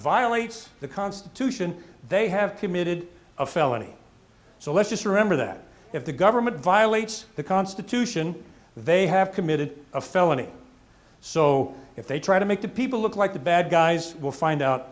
violates the constitution they have committed a felony so let's just remember that if the government violates the constitution they have committed a felony so if they try to make the people look like the bad guys will find out